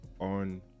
on